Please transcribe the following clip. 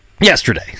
Yesterday